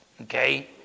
okay